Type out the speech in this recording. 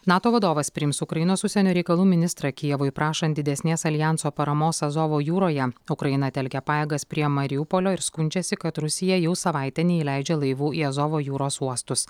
nato vadovas priims ukrainos užsienio reikalų ministrą kijevui prašant didesnės aljanso paramos azovo jūroje ukraina telkia pajėgas prie mariupolio ir skundžiasi kad rusija jau savaitę neįleidžia laivų į azovo jūros uostus